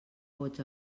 vots